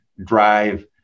drive